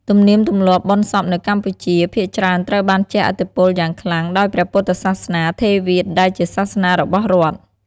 ទំនៀមទម្លាប់បុណ្យសពនៅកម្ពុជា ភាគច្រើនត្រូវបានជះឥទ្ធិពលយ៉ាងខ្លាំងដោយព្រះពុទ្ធសាសនាថេរវាទ ដែលជាសាសនារបស់រដ្ឋ។